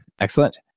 Excellent